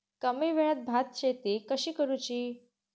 कमी वेळात भात शेती कशी करुची?